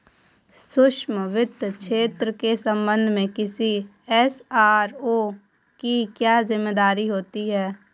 सूक्ष्म वित्त क्षेत्र के संबंध में किसी एस.आर.ओ की क्या जिम्मेदारी होती है?